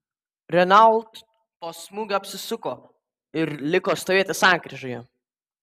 renault nuo smūgio apsisuko ir liko stovėti sankryžoje